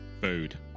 food